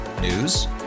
News